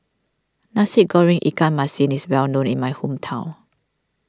Nasi Goreng Ikan Masin is well known in my hometown